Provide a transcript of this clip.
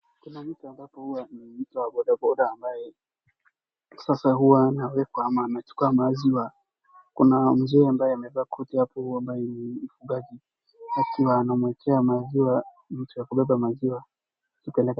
Kuna mtu ambapo ni mtu wa boda boda ambaye sasa huwa anabeba ama anachukua maziwa kuna mzee ambaye amevaa koti ambaye huwa ni mfugaji akiwa anamwachia maziwa mtu wa kubeba maziwa apeleke.